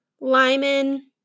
Lyman